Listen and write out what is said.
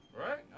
Right